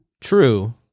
True